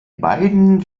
beiden